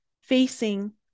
facing